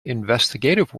investigative